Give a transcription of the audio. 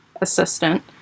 assistant